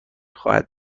خواهد